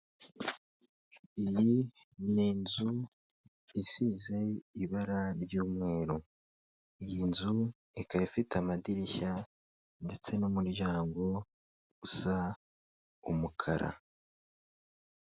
Iyi ni inzu isize ibara ry'umweru iyi nzu ikaba ifite amadirishya ndetse n'umuryango usa umukara.